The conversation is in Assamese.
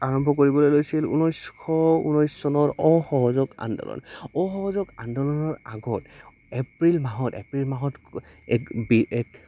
আৰম্ভ কৰিবলৈ লৈছিল ঊনৈছশ ঊনৈছ চনৰ অসহযোগ আন্দোলন অসহযোগ আন্দোলনৰ আগত এপ্ৰিল মাহত এপ্ৰিল মাহত এক বি এক